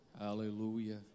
Hallelujah